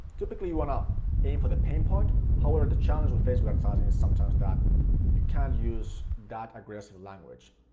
typically you want to aim for the pain point, however the challenge with facebook advertising is sometimes that you can't use that aggressive language.